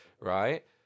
right